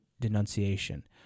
denunciation